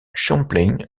champlain